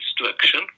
Instruction